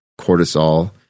cortisol